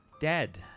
dead